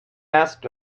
asked